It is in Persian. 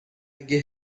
اگه